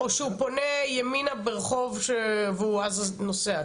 או שהוא פונה ימינה ברחוב והוא אז נוסע,